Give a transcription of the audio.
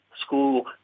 school